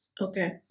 Okay